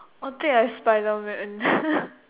or take like Spiderman